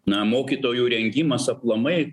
na mokytojų rengimas aplamai